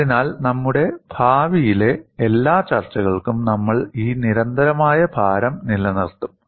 അതിനാൽ നമ്മുടെ ഭാവിയിലെ എല്ലാ ചർച്ചകൾക്കും നമ്മൾ ഈ നിരന്തരമായ ഭാരം നിലനിർത്തും